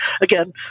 again